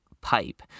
pipe